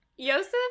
Yosef